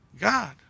God